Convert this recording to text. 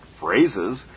phrases